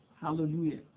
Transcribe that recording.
Hallelujah